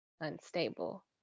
unstable